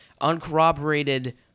uncorroborated